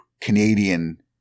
canadian